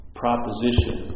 proposition